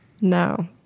No